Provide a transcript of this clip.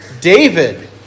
David